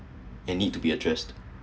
and need to be addressed